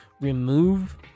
remove